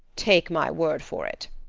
take my word for it.